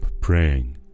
praying